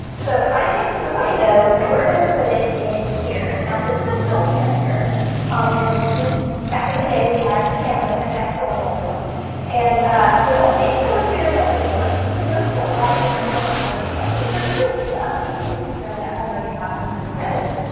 so if i take this away though we're going to put it in here now this is a film canister and these back in the day we had cameras that had filmroll in them and they don't make those very much anymore so you can go to a lot of different film stores and get these for free if you want to so you can do this experiment at home or in your classroom pretty readily.